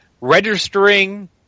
registering